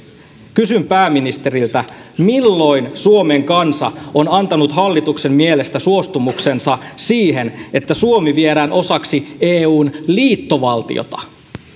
kysyn pääministeriltä milloin suomen kansa on antanut hallituksen mielestä suostumuksensa siihen että suomi viedään osaksi eun liittovaltiota